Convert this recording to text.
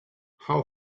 how